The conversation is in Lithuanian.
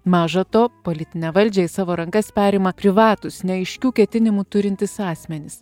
maža to politinę valdžią į savo rankas perima privatūs neaiškių ketinimų turintys asmenys